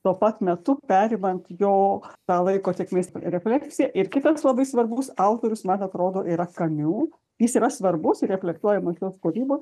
tuo pat metu perimant jo tą laiko tėkmės refleksiją ir kitas labai svarbus autorius man atrodo yra kamiu jis yra svarbus ir reflektuojamas jos kūrybos